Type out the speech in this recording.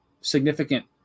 significant